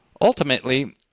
Ultimately